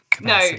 no